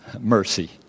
mercy